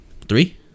three